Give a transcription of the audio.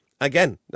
again